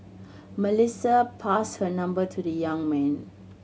Melissa passed her number to the young man